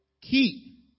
keep